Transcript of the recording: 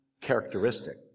characteristic